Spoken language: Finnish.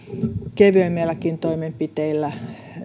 kevyemmilläkin toimenpiteillä